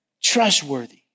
Trustworthy